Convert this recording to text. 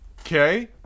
Okay